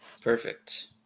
Perfect